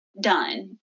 done